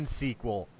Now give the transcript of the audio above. sequel